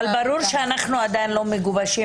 ברור שאנחנו עדיין לא מגובשים.